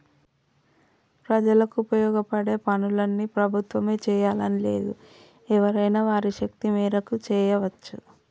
ప్రజలకు ఉపయోగపడే పనులన్నీ ప్రభుత్వమే చేయాలని లేదు ఎవరైనా వారి శక్తి మేరకు చేయవచ్చు